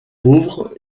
pauvres